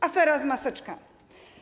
Afera z maseczkami.